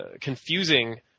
confusing